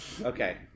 okay